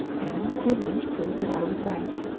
and the event proved that i was right.